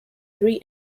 three